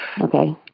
okay